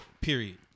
Period